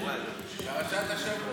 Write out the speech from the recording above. --- פרשת השבוע.